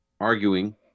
arguing